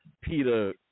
Peter